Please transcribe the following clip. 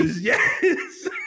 Yes